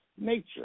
nature